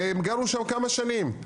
והם גרו שם כמה שנים,